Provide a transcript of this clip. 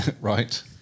Right